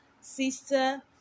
sister